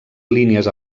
línies